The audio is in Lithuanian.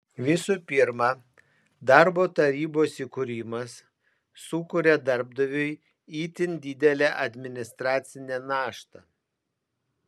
visų pirma darbo tarybos įkūrimas sukuria darbdaviui itin didelę administracinę naštą